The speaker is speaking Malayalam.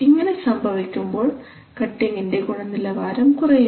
ഇങ്ങനെ സംഭവിക്കുമ്പോൾ കട്ടിംഗ്ൻറെ ഗുണനിലവാരം കുറയുന്നു